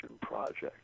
project